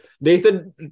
Nathan